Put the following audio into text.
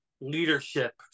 leadership